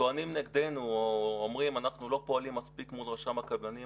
טוענים נגדנו או אומרים שאנחנו לא פועלים מספיק מול רשם הקבלנים,